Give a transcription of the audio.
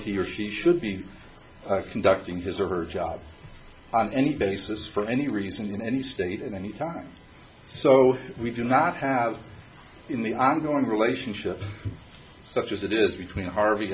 he or she should be conducting his or her job on any basis for any reason in any state at any time so we do not have in the ongoing relationship such as it is between harvey